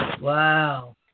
Wow